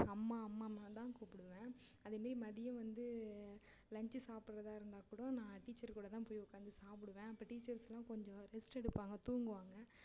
அம்மா அம்மா அம்மா தான் கூப்பிடுவேன் அதேமாரி மதியம் வந்து லன்ச் சாப்பிடறதாக இருந்தால் கூட நான் டீச்சர் கூட தான் போய் உட்காந்து சாப்பிடுவேன் அப்போ டீச்சர்ஸெலாம் கொஞ்சம் ரெஸ்ட் எடுப்பாங்க தூங்குவாங்க